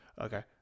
Okay